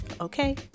okay